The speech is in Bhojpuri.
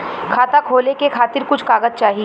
खाता खोले के खातिर कुछ कागज चाही?